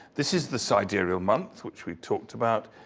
this is the sidereal month, which we talked about,